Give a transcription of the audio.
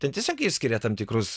ten tiesiog išskiria tam tikrus